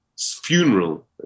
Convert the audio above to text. funeral